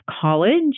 college